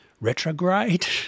Retrograde